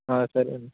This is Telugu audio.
సరే అండి